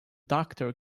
doctor